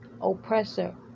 oppressor